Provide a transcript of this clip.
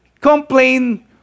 Complain